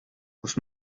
kus